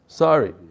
sorry